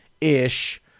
ish